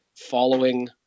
following